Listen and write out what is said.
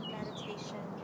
meditation